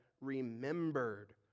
remembered